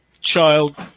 child